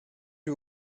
lui